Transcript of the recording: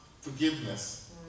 forgiveness